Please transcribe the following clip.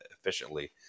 efficiently